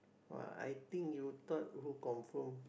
!wah! I think you thought who confirm